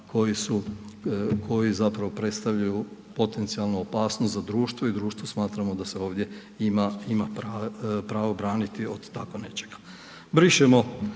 koji predstavljaju potencijalnu opasnost za društvo i društvu smatramo da se ovdje ima pravo braniti od tako nečega. Brišemo